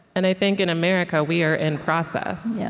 and i think, in america, we are in process. yeah